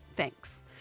Thanks